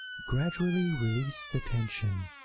gradually released the tension,